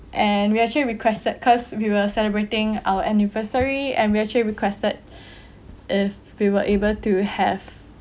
and we actually requested cause we were celebrating our anniversary and we actually requested if we were able to have